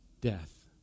death